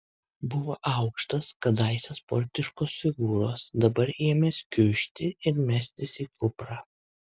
buvo aukštas kadaise sportiškos figūros dabar ėmęs kiužti ir mestis į kuprą